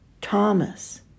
Thomas